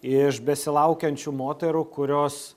iš besilaukiančių moterų kurios